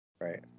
Right